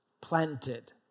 planted